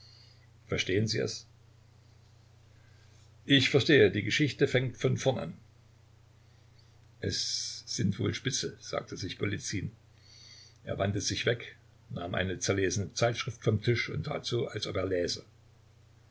verstehen sie es ich verstehe die geschichte fängt von vorn an es sind wohl spitzel sagte sich golizyn er wandte sich weg nahm eine zerlesene zeitschrift vom tisch und tat so als ob er